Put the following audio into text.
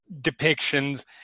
depictions